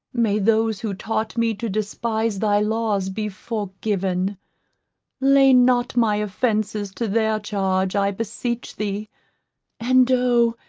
may those who taught me to despise thy laws be forgiven lay not my offences to their charge, i beseech thee and oh!